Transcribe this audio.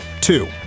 Two